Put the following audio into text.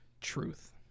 truth